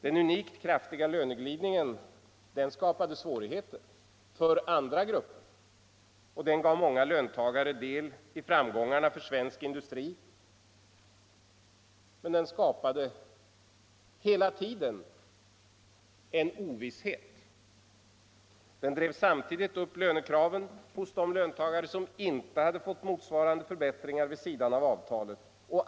Den unikt kraftiga löneglidningen, som skapade svårigheter för andra grupper, gav många löntagare del i framgångarna för svensk industri. Men den skapade hela tiden en osäkerhet. Den drev samtidigt upp lönekraven hos de löntagare som inte hade fått motsvarande förbättringar vid sidan om avtalet.